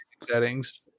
settings